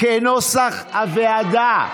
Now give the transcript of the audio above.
כנוסח הוועדה,